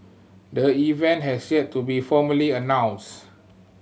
the event has yet to be formally announced